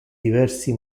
diversi